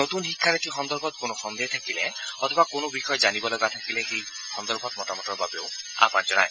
নতুন শিক্ষানীতি সন্দৰ্ভত তেওঁ কোনো সন্দেহ থাকিলে অথবা কোনো বিষয় জানিব লগা থাকিলে এই সন্দৰ্ভত মতামতৰ বাবেও আহান জনায়